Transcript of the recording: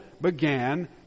began